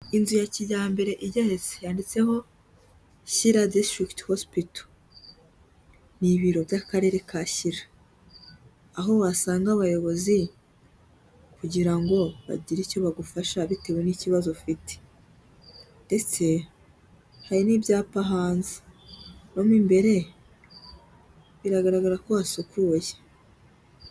Inzu ya kijyambere igeretse yanditseho Shyira District hospital ni ibiro by'akarere ka Shyira aho wasanga abayobozi kugira ngo bagire icyo bagufasha bitewe n'ikibazo ufite ndetse hari n'ibyapa hanze, mo mw'imbere biragaragara ko hasukuye.